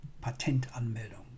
Patentanmeldung